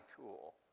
cool